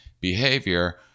behavior